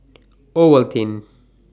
Ovaltine